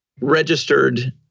registered